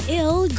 ill